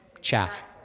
chaff